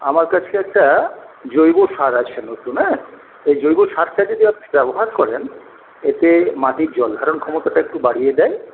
আমার কাছে একটা জৈব সার আছে নতুন হ্যাঁ ওই জৈব সারটা যদি আপনি ব্যবহার করেন এতে মাটির জলধারণ ক্ষমতাটা একটু বাড়িয়ে দেয়